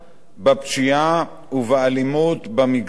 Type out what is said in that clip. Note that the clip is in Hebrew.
בפשיעה ובאלימות במגזר: